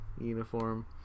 uniform